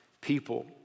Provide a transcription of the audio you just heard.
people